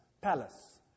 palace